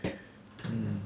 mm